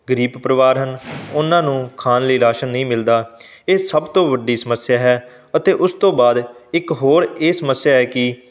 ਗਰੀਬ ਪਰਿਵਾਰ ਹਨ ਉਹਨਾਂ ਨੂੰ ਖਾਣ ਲਈ ਰਾਸ਼ਨ ਨਹੀਂ ਮਿਲਦਾ ਇਹ ਸਭ ਤੋਂ ਵੱਡੀ ਸਮੱਸਿਆ ਹੈ ਅਤੇ ਉਸ ਤੋਂ ਬਾਅਦ ਇੱਕ ਹੋਰ ਇਹ ਸਮੱਸਿਆ ਹੈ ਕਿ